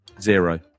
Zero